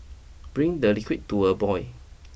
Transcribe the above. bring the liquid to a boil